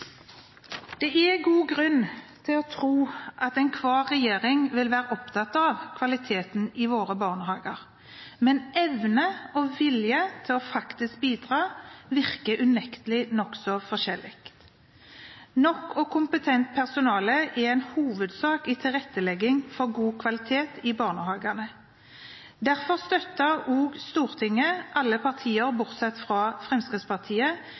Det er god grunn til å tro at enhver regjering vil være opptatt av kvaliteten i våre barnehager, men evnen og viljen til faktisk å bidra virker unektelig nokså forskjellig. Nok og kompetent personale er en hovedsak i tilrettelegging for god kvalitet i barnehagene. Derfor støttet Stortinget – alle partier, bortsett fra Fremskrittspartiet